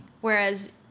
whereas